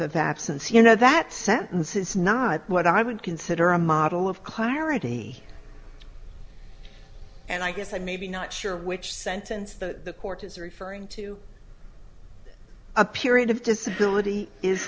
of absence you know that sentence is not what i would consider a model of clarity and i guess i'm maybe not sure which sentence the court is referring to a period of disability is